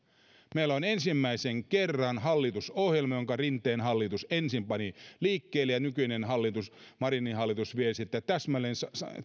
meillä on ensimmäisen kerran hallitusohjelma jonka rinteen hallitus ensin pani liikkeelle ja jota nykyinen marinin hallitus vie täsmälleen